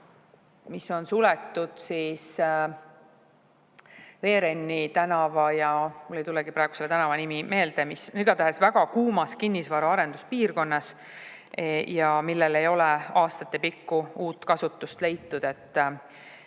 mis on suletud, Veerenni tänava ja … Mul ei tulegi praegu selle tänava nimi meelde, igatahes väga kuumas kinnisvaraarenduse piirkonnas. Sellele ei ole aastate pikku uut kasutust leitud,